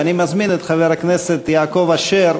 ואני מזמין את חבר הכנסת יעקב אשר,